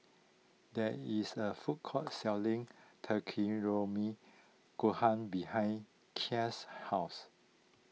there is a food court selling Takikomi Gohan behind Kiel's house